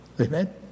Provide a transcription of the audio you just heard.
Amen